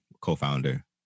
co-founder